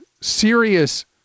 serious